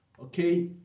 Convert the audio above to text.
Okay